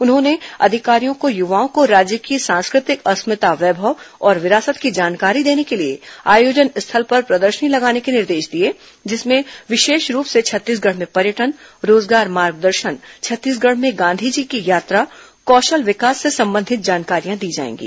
उन्होंने में अधिकारियों को युवाओं को राज्य की सांस्कृतिक अस्मिता वैभव और विरासत की जानकारी देने के लिए आयोजन स्थल पर प्रदर्शनी लगाने के निर्देश दिए जिसमें विशेष रूप से छत्तीसगढ में पर्यटन रोजगार मार्गदर्शन छत्तीसगढ में गांधी जी की यात्रा कौशल विकास से संबंधित जानकारियां दी जाएंगी